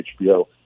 HBO